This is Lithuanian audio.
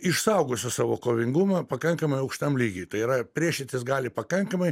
išsaugosios savo kovingumą pakankamai aukštam lygy tai yra priešintis gali pakankamai